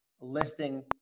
listing